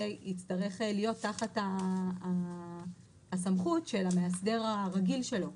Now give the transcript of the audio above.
יצטרך להיות תחת הסמכות של המאסדר הרגיל שלו.